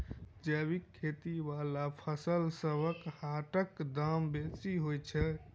जैबिक खेती बला फसलसबक हाटक दाम बेसी होइत छी